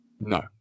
No